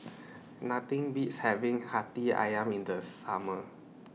Nothing Beats having Hati Ayam in The Summer